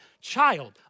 child